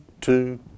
two